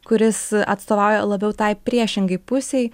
kuris atstovauja labiau tai priešingai pusei